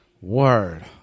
Word